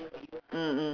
mm mm